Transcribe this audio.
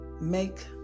make